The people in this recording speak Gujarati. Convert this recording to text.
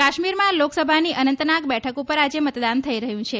કાશ્મીરમાં લોકસભાની અનંતનાગ બેઠક ઉપર આજે મતદાન થઇ રહ્યું છે